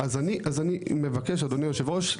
אז אני מבקש אדוני יושב הראש,